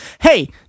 Hey